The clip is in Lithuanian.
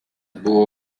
buvo